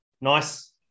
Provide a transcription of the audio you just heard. Nice